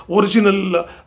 original